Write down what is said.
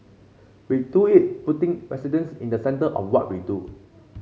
we do it putting residents in the centre of what we do